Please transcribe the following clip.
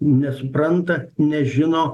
nesupranta nežino